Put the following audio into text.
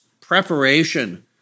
preparation